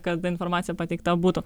kad ta informacija pateikta būtų